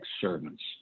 servants